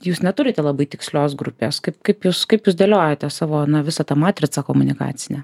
jūs neturite labai tikslios grupes kaip kaip jūs kaip jūs dėliajate savo na visą tą matricą komunikacinę